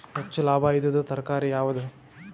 ಹೆಚ್ಚು ಲಾಭಾಯಿದುದು ತರಕಾರಿ ಯಾವಾದು?